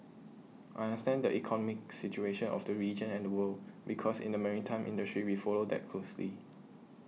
I understand that economic situation of the region and the world because in the maritime industry we follow that closely